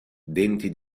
denti